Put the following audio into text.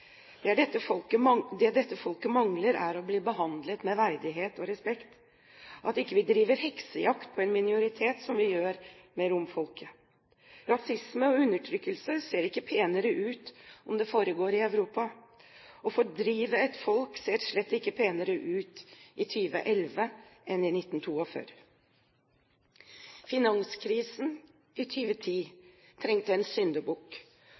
Det dette folket savner, er å bli behandlet med verdighet og respekt, vi må ikke drive heksejakt på en minoritet, som vi gjør når det gjelder romfolket. Rasisme og undertrykkelse ser ikke penere ut om det foregår i Europa. Å fordrive et folk ser slett ikke penere ut i 2011 enn i 1942. Finanskrisen i 2010 trengte en